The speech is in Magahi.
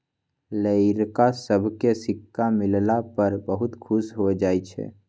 लइरका सभके सिक्का मिलला पर बहुते खुश हो जाइ छइ